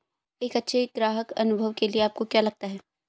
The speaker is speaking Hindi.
एक अच्छे ग्राहक अनुभव के लिए आपको क्या लगता है?